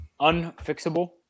unfixable